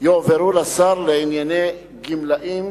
יועברו לשר לענייני גמלאים,